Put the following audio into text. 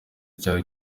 cyawe